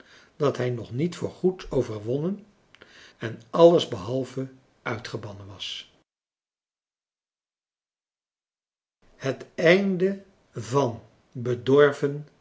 dat hij nog niet voorgoed overwonnen en alles behalve uitgebannen was